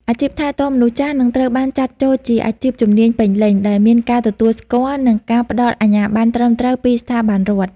អាជីពថែទាំមនុស្សចាស់នឹងត្រូវបានចាត់ចូលជាអាជីពជំនាញពេញលេញ ដែលមានការទទួលស្គាល់ និងការផ្តល់អាជ្ញាប័ណ្ណត្រឹមត្រូវពីស្ថាប័នរដ្ឋ។